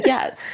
Yes